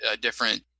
different